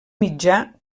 mitjà